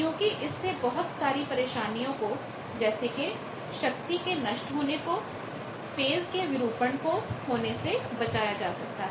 क्योंकि इससे बहुत सारी परेशानियों को जैसे कि शक्ति के नष्ट होने को फेज़ के विरूपण distortionडिस्टॉरशन को होने से बचाया जा सकता है